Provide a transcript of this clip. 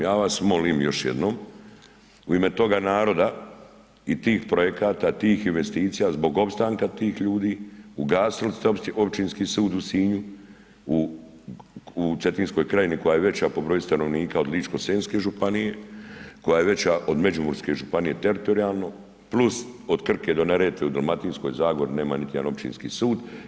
Ja vas molim, još jednom u ime toga naroda i tih projekata i tih investicija zbog opstanka tih ljudi, ugasili ste Općinski sud u Sinju, u Cetinskoj krajini, koja je veća po broju stanovnika od Ličko-senjske županije, koja je veća od Međimurske županije teritorijalno + od Krke do Neretve u Dalmatinskoj zagori nema niti jedan općinski sud.